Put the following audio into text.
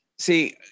See